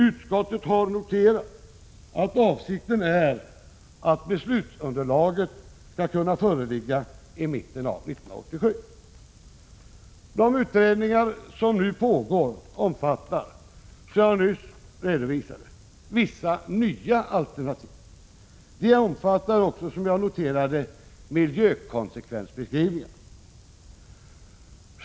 Utskottet har noterat att avsikten är att beslutsunderlaget skall kunna föreligga i mitten av 1987. De utredningar som nu pågår omfattar, som jag nyss redovisade, vissa nya alternativ. De omfattar också, som jag noterade, miljökonsekvensbeskrivningar.